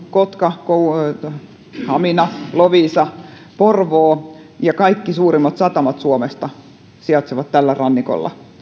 kotka hamina loviisa porvoo ja kaikki suurimmat satamat suomessa sijaitsevat tällä rannikolla